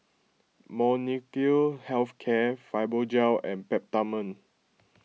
Molnylcke Health Care Fibogel and Peptamen